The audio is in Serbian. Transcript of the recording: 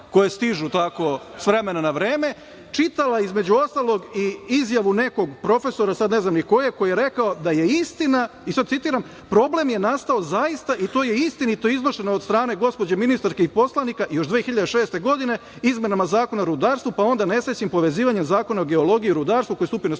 koji stižu s vremena na vreme, čitala, između ostalog, i izjavu nekog profesora, ne znam sad ni kojeg, koji je rekao da je istina, sad citiram - problem je nastao zaista, i to je istinito iznošeno od strane gospođe ministarke i poslanika, još 2006. godine izmenama Zakona o rudarstvu, pa onda nesrećnim povezivanjem Zakona o geologiju, rudarstvu, koji je stupio na snagu